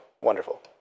wonderful